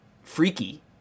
freaky